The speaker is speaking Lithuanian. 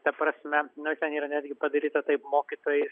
ta prasme nu ten yra netgi padaryta taip mokytojai